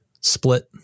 split